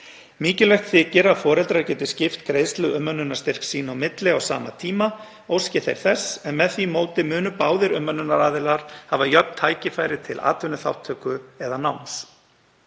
Mikilvægt þykir að foreldrar geti skipt greiðslu umönnunarstyrks sín á milli á sama tíma óski þeir þess, en með því móti munu báðir umönnunaraðilar hafa jöfn tækifæri til atvinnuþátttöku eða náms.